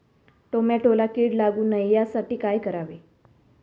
टोमॅटोला कीड लागू नये यासाठी काय करावे?